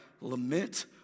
lament